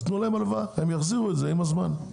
אז תנו להם הלוואה והם יחזירו את זה עם הזמן.